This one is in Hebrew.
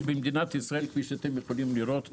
כפי שאתם יכולים לראות,